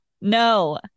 No